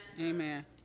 Amen